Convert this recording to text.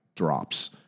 drops